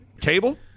table